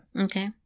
Okay